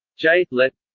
j. lett.